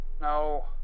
No